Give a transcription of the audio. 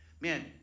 Man